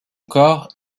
corps